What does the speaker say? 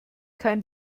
kein